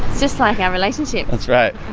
just like our relationship. that's right,